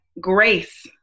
grace